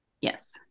Yes